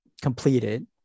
completed